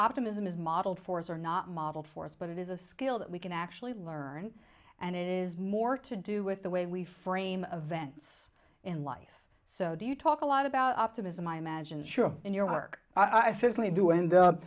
optimism is modeled for us are not modeled for us but it is a skill that we can actually learn and it is more to do with the way we frame events in life so do you talk a lot about optimism i imagine sure in your work i certainly do and